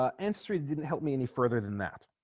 um ancestry didn't help me any further than that